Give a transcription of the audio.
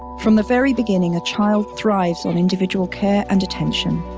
from the very beginning, a child thrives on individual care and attention.